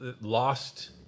Lost